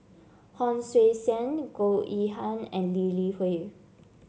Hon Sui Sen Goh Yihan and Lee Li Hui